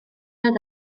oedd